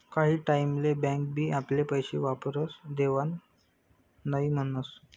काही टाईम ले बँक बी आपले पैशे वापस देवान नई म्हनस